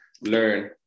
learn